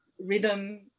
Rhythm